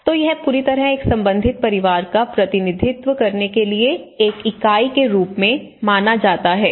तो यह पूरी तरह एक संबंधित परिवार का प्रतिनिधित्व करने के लिए एक इकाई के रूप में माना जाता है